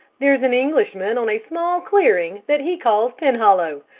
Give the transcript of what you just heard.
there's an englishman on a small clearing that he calls penhollow.